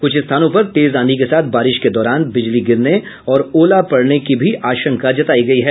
कुछ स्थानों पर तेज आंधी के साथ बारिश के दौरान बिजली गिरने और ओला पड़ने की भी आशंका जतायी गयी है